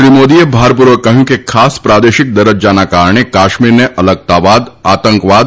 શ્રી મોદીએ ભાર પૂર્વક કહ્યું કે ખાસ પ્રાદેશિક દરજ્જાના કારણે કાશ્મીરને અલગતાવાદ આતંકવાદ